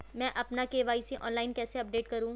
मैं अपना KYC online कैसे अपडेट करूँ?